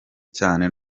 cyane